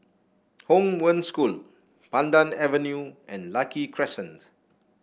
Hong Wen School Pandan Avenue and Lucky Crescent